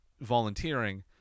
volunteering